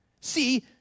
See